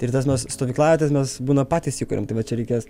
ir tas mes stovyklavietes mes būna patys įkuriam tai va čia reikės